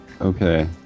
Okay